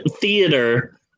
Theater